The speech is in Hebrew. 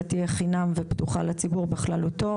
יהיו חינמיים ופתוחים לציבור בכללותו.